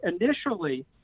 initially